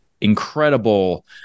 incredible